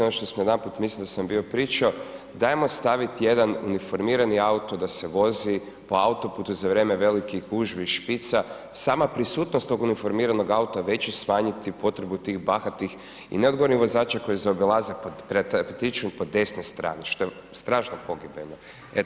Ono što smo jedanput, mislim da sam bio pričao, ajmo staviti jedan uniformirani auto da se vozi po autoputu za vrijeme velikih gužvi i špica, sama prisutnost tog uniformiranog auta već će smanjiti potrebu tih bahatih i neodgovornih vozača koji zaobilaze, pretječu po desnoj strani što je strašno pogibeno.